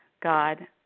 God